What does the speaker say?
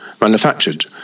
manufactured